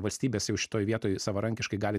valstybės jau šitoj vietoj savarankiškai gali